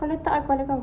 kau letak ah kepala kau